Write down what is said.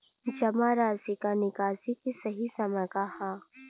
जमा राशि क निकासी के सही समय का ह?